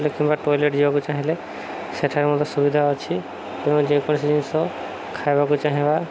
କିମ୍ବା ଟଏଲେଟ୍ ଯିବାକୁ ଚାହିଁଲେ ସେଠାରେ ମଧ୍ୟ ସୁବିଧା ଅଛି ତେ ଯେକୌଣସି ଜିନିଷ ଖାଇବାକୁ ଚାହିଁବା